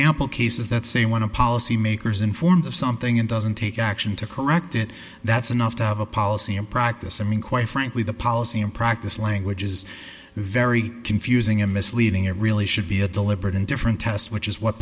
ample cases that say want to policymakers informed of something and doesn't take action to correct it that's enough to have a policy in practice i mean quite frankly the policy in practice language is very confusing and misleading it really should be a deliberate and different test which is what